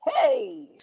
Hey